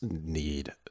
need